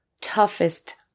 toughest